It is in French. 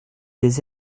des